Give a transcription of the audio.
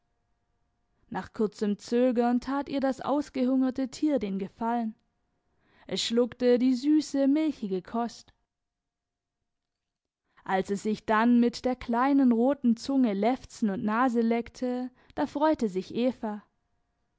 nach kurzem zögern tat ihr das ausgehungerte tier den gefallen es schluckte die süße milchige kost als es sich dann mit der kleinen roten zunge lefzen und nase leckte da freute sich eva